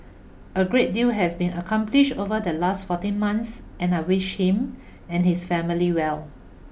a great deal has been accomplished over the last fourteen months and I wish him and his family well